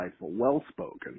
well-spoken